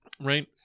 right